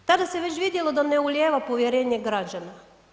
Tada se već vidjelo da ne ulijeva povjerenje građana.